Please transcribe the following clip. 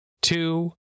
two